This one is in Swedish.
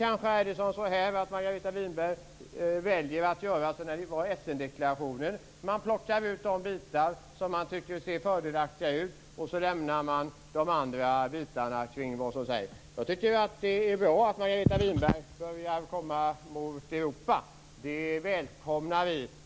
Kanske väljer Margareta Winberg att göra som regeringen gjorde med Essendeklarationen, dvs. att plocka ut de bitar man tycker ser fördelaktiga ut och lämna de andra. Det är bra att Margareta Winberg börjar närma sig Europa. Det välkomnar vi.